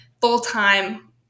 full-time